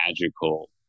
magical